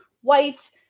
white